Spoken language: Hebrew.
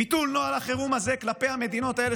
ביטול נוהל החירום הזה כלפי המדינות האלה